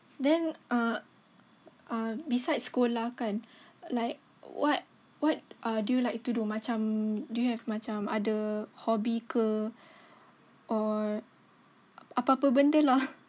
then uh uh besides sekolah kan like what what do you like to do macam do you have macam other hobby ke or apa apa benda lah